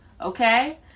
okay